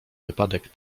wypadek